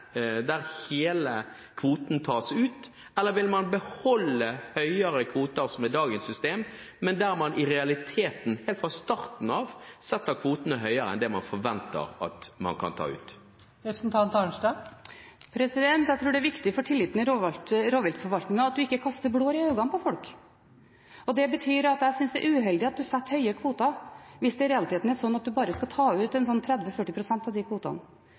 der hele kvoten tas ut, eller vil man beholde høyere kvoter, som er dagens system, men der man i realiteten helt fra starten av setter kvotene høyere enn det man forventer at man kan ta ut? Jeg tror det er viktig for tilliten i rovviltforvaltningen at man ikke kaster blår i øynene på folk. Det betyr at jeg synes det er uheldig at man setter høye kvoter, hvis det i realiteten er slik at man bare skal ta ut 30–40 pst. av kvotene,